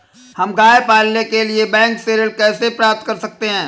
हम गाय पालने के लिए बैंक से ऋण कैसे प्राप्त कर सकते हैं?